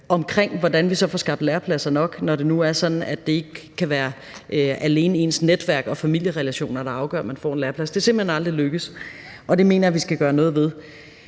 omkring, hvordan vi så får skabt lærepladser nok, når det nu er sådan, at det ikke alene kan være ens netværk og familierelationer, der afgør, om man får en læreplads. Det er simpelt hen aldrig lykkedes. Det mener jeg vi skal gøre noget ved.